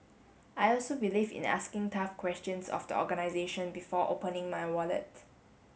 I also believe in asking tough questions of the organisation before opening my wallet